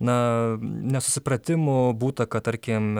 na nesusipratimų būta kad tarkim